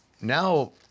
now